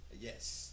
Yes